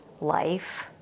life